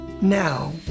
Now